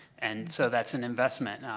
and so, that's an investment.